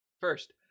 first